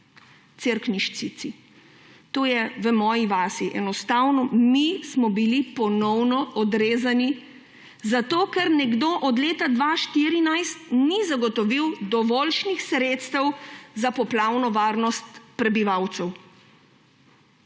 Cerkniščice, to je v moji vasi. Enostavno, mi smo bili ponovno odrezani, zato ker nekdo od leta 2014 ni zagotovil dovoljšnih sredstev za poplavno varnost prebivalcev